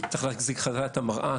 צריך להחזיק חזק את המראה,